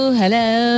hello